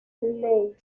league